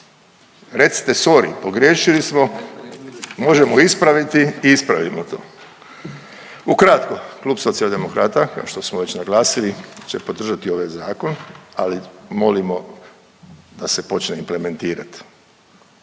Recite sorry, pogriješili smo, možemo ispraviti i ispravimo to. Ukratko, Kluba Socijaldemokrata, kao što smo već naglasili će podržati ovaj Zakon, ali molimo da se počne implementirati.